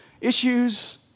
issues